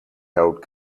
held